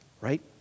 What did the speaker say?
right